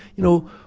you know,